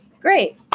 Great